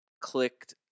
clicked